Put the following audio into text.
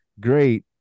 Great